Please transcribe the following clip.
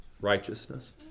righteousness